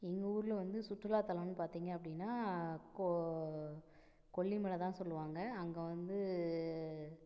எங்கள் ஊரில் வந்து சுற்றுலாத்தலன்னு பார்த்தீங்க அப்படின்னா கொ கொல்லிமலை தான் சொல்லுவாங்க அங்கே வந்து